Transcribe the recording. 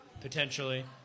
potentially